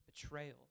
betrayal